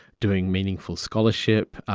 doing meaningful scholarship,